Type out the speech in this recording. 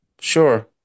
Sure